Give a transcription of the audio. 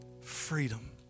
Freedom